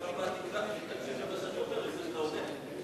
בפעם הבאה תקשיב לפני שאתה עונה.